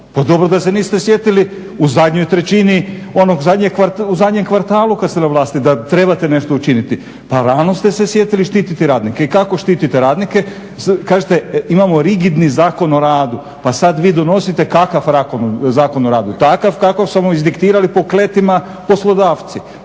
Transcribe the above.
Pa dobro da se niste sjetili u zadnjoj trećini onog zadnjeg, u zadnjem kvartalu kad ste na vlasti da trebate nešto učiniti. Pa rano ste se sjetili štititi radnike. I kako štitite radnike? Kažete imamo rigidni Zakon o radu. Pa sad vi donosite kakav Zakon o radu? Takav kakav su vam izdiriktirali po kletima poslodavci,